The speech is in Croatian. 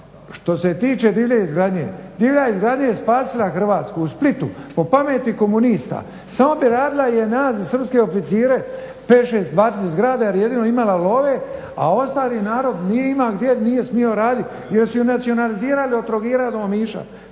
što se tiče divlje izgradnje, divlja izgradnja je spasila Hrvatsku u Splitu po pameti komunista samo bi radila JNA za srpske oficire 5, 6, 20 zgrada jer je jedino imala love a ostali narod nije imao gdje jer nije smio raditi jer su je nacionalizirali od Trogira do Omiša